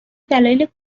دلایل